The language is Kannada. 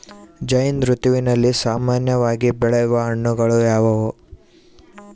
ಝೈಧ್ ಋತುವಿನಲ್ಲಿ ಸಾಮಾನ್ಯವಾಗಿ ಬೆಳೆಯುವ ಹಣ್ಣುಗಳು ಯಾವುವು?